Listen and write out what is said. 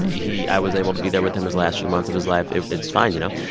he i was able to be there with him his last few months of his life. it's fine, you know?